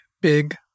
big